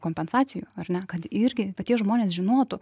kompensacijų ar ne kad irgi tokie žmonės žinotų